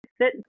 sit